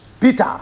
Peter